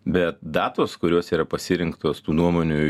bet datos kurios yra pasirinktos tų nuomonių